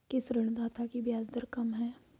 किस ऋणदाता की ब्याज दर कम है?